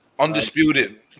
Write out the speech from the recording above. Undisputed